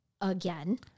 again